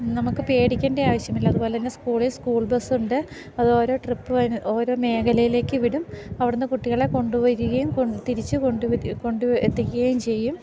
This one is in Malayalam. നമുക്ക് പേടിക്കേണ്ട ആവശ്യമില്ല അതുപോലെ തന്നെ സ്കൂളിൽ സ്കൂൾ ബസ്സുണ്ട് അത് ഓരോ ട്രിപ്പ് കഴിഞ്ഞ് ഓരോ മേഖലയിലേക്കു വിടും അവിടുന്ന് കുട്ടികളെ കൊണ്ടു വരികയും കൊ തിരിച്ചു കൊണ്ട് വി കൊണ്ട് എത്തിക്കുകയും ചെയ്യും